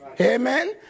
Amen